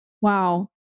Wow